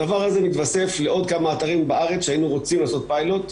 הדבר הזה מתווסף לעוד כמה אתרים בארץ שהיינו רוצים לעשות פיילוט.